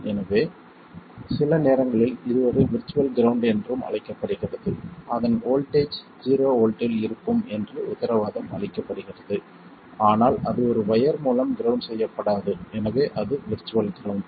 எனவே சில நேரங்களில் இது ஒரு விர்ச்சுவல் கிரவுண்ட் என்றும் அழைக்கப்படுகிறது அதன் வோல்ட்டேஜ் ஜீரோ வோல்ட்டில் இருக்கும் என்று உத்தரவாதம் அளிக்கப்படுகிறது ஆனால் அது ஒரு வயர் மூலம் கிரவுண்ட் செய்யப்படாது எனவே அது விர்ச்சுவல் கிரவுண்ட்